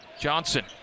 Johnson